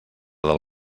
del